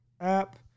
app